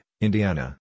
Indiana